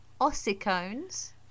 Ossicones